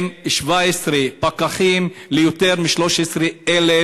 עם 17 פקחים ליותר מ-13,000